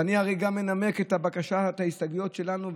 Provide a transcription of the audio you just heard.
ואני מנמק גם את הבקשה, את ההסתייגויות שלנו.